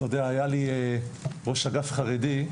היה לי ראש אגף חרדי,